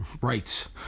rights